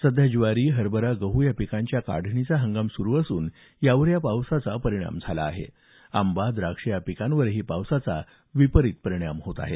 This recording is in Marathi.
सध्या ज्वारी हरभरा गहू या पिकांच्या काढणीचा हंगाम सुरू असून यावर या पावसाचा परिणाम झाला आहे आंबा द्राक्ष या पिकांवरही पावसाचा विपरीत परिणाम झाला आहे